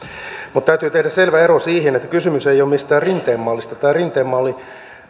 mutta täytyy tehdä selvä ero siihen että kysymys ei ole mistään rinteen mallista tämä rinteen malli